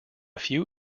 few